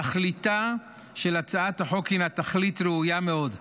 תכליתה של הצעת החוק הינה תכלית ראויה מאוד,